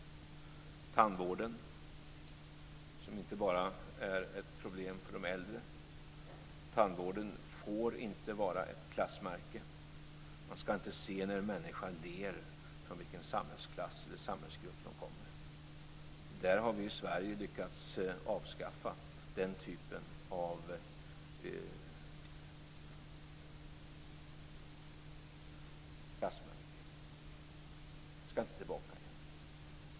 Tandvården är inte bara ett problem för de äldre. Tandvården får inte vara ett klassmärke. Man ska inte se när en människa ler från vilken samhällsklass han kommer. Vi i Sverige har lyckats avskaffa den typen av klassmärke. Vi ska inte tillbaka igen.